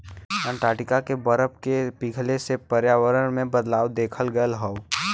Antarctica के बरफ के पिघले से पर्यावरण में बदलाव देखल गयल हौ